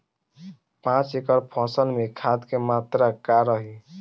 पाँच एकड़ फसल में खाद के मात्रा का रही?